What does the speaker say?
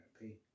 pay